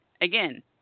again